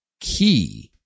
Key